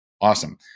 Awesome